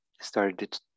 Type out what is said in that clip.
started